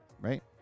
right